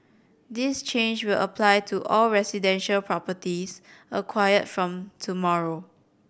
this change will apply to all residential properties acquired from tomorrow